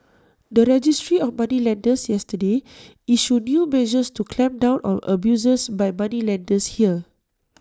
the registry of moneylenders yesterday issued new measures to clamp down on abuses by moneylenders here